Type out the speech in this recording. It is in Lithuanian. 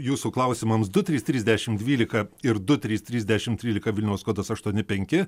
jūsų klausimams su trys trys dešim dvylika ir du trys trys dešimt trylika vilniaus kodas aštuoni penki